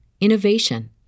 innovation